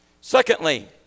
Secondly